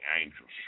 angels